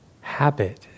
habit